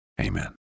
Amen